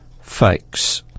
fakes